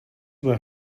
were